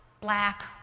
black